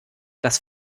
das